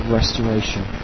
restoration